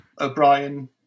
O'Brien